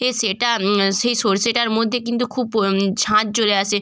এ সেটা সেই সরষেটার মধ্যে কিন্তু খুব ঝাঁঝ চলে আসে